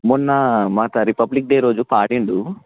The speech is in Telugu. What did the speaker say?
మొన్న మాకు అది రిపబ్లిక్ డే రోజు పాడిండు